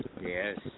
Yes